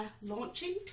launching